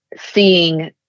seeing